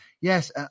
Yes